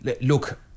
Look